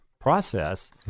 process